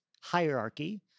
hierarchy